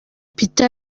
peter